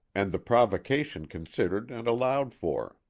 and the provocation considered and allowed for.